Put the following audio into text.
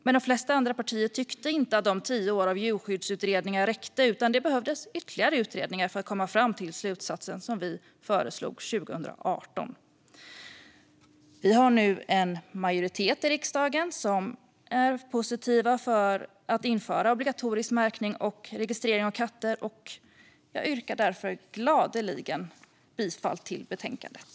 Men de flesta andra partier tyckte inte att tio år av djurskyddsutredningar räckte, utan det behövdes ytterligare utredningar för att komma fram till den slutsats som vi föreslog 2018. Vi har nu en majoritet i riksdagen som är positiv till att införa obligatorisk märkning och registrering av katter, och jag yrkar därför gladeligen bifall till förslaget i betänkandet.